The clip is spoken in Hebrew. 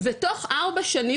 ותוך ארבע שנים,